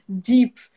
deep